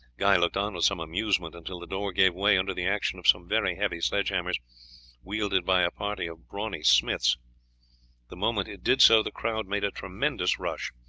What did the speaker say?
guy looked on with some amusement until the door gave way under the action of some very heavy sledge-hammers wielded by a party of brawny smiths the moment it did so the crowd made a tremendous rush.